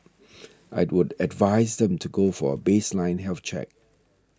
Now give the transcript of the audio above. I would advise them to go for a baseline health check